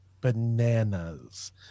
bananas